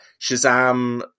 Shazam